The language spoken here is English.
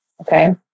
Okay